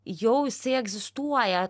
jau jisai egzistuoja